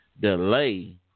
delay